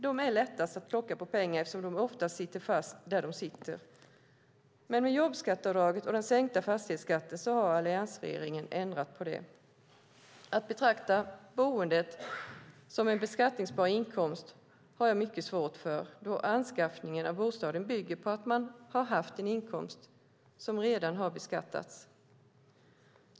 De är lättast att plocka på pengar eftersom de oftast sitter fast där de sitter. Men med jobbskatteavdraget och den sänkta fastighetsskatten har alliansregeringen ändrat på det. Att betrakta boendet som en beskattningsbar inkomst har jag mycket svårt för, då anskaffningen av bostaden bygger på att man har haft en inkomst som redan har beskattats.